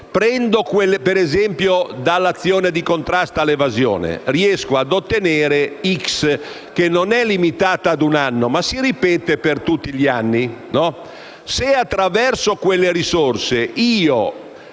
- come per esempio dall'azione di contrasto all'evasione - riesco a ottenere un valore x, che non è limitato a un anno, ma si ripete per tutti gli anni. Se, attraverso quelle risorse,